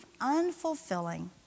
unfulfilling